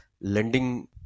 lending